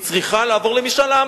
היא צריכה לעבור למשאל עם.